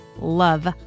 love